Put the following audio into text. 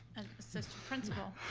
and assistant principal